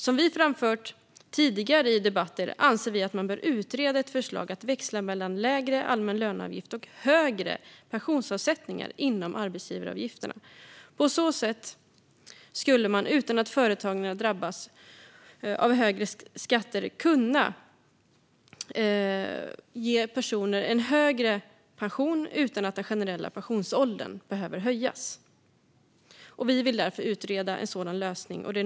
Som vi har framfört i tidigare debatter anser vi att man bör utreda ett förslag om att växla mellan lägre allmän löneavgift och högre pensionsavsättningar inom arbetsgivaravgifterna. På så sätt skulle man, utan att företagarna drabbas av högre skatter, kunna ge personer en högre pension utan att den generella pensionsåldern behöver höjas. Vi vill att en sådan lösning utreds.